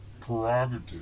prerogative